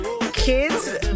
kids